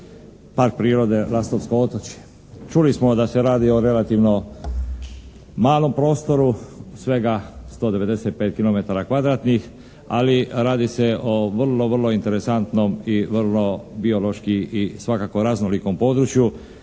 Park prirode "Lastovsko otočje". Čuli smo da se radi o relativno malom prostoru, svega 195 kilometara kvadratnih, ali radi se o vrlo interesantnom i vrlo biološki i svakako raznolikom području.